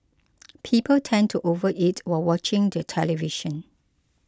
people tend to overeat while watching the television